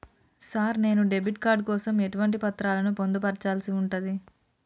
Sir నేను debit card కోసం ఎటువంటి పత్రాలను పొందుపర్చాల్సి ఉంటది?